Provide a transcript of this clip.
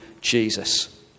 Jesus